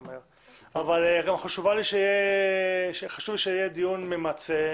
מהר אבל גם חשוב לי שיהיה דיון ממצה,